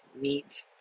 neat